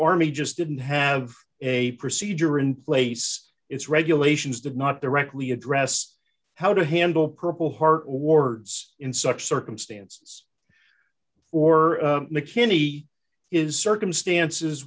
army just didn't have a procedure in place it's regulations did not directly address how to handle purple heart wards in such circumstances for mckinney is circumstances